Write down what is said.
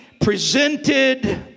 presented